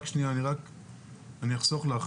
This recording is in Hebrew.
אני אחסוך לך.